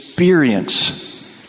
Experience